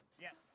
Yes